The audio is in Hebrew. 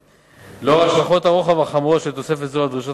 לאור השלכות הרוחב החמורות של תוספת זו על דרישות